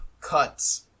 cuts